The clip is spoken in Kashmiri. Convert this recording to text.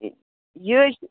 یہِ حظ